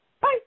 Bye